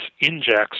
injects